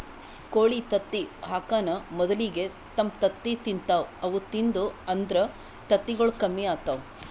ಕೋಳಿ ತತ್ತಿ ಹಾಕಾನ್ ಮೊದಲಿಗೆ ತಮ್ ತತ್ತಿ ತಿಂತಾವ್ ಅವು ತಿಂದು ಅಂದ್ರ ತತ್ತಿಗೊಳ್ ಕಮ್ಮಿ ಆತವ್